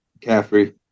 McCaffrey